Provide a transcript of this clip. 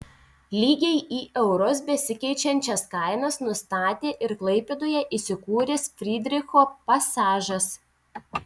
lygiai į eurus besikeičiančias kainas nustatė ir klaipėdoje įsikūręs frydricho pasažas